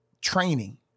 training